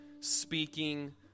speaking